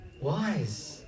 wise